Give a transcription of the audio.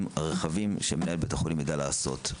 הרחבים שמנהל בית חולים יידע לעשות.